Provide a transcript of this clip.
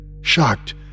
shocked